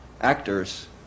actors